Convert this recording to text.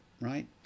Right